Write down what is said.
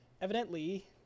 evidently